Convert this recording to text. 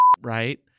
right